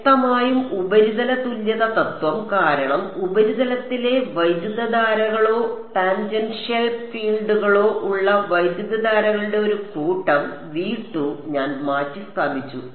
വ്യക്തമായും ഉപരിതല തുല്യത തത്വം കാരണം ഉപരിതലത്തിലെ വൈദ്യുതധാരകളോ ടാൻജൻഷ്യൽ ഫീൽഡുകളോ ഉള്ള വൈദ്യുതധാരകളുടെ ഒരു കൂട്ടം ഞാൻ മാറ്റിസ്ഥാപിച്ചു